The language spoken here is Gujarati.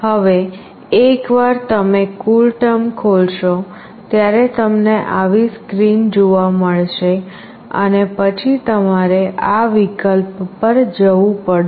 હવે એકવાર તમે CoolTerm ખોલશો ત્યારે તમને આવી સ્ક્રીન જોવા મળશે અને પછી તમારે આ વિકલ્પ પર જવું પડશે